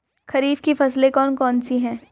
खरीफ की फसलें कौन कौन सी हैं?